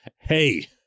hey